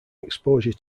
exposure